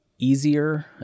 easier